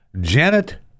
janet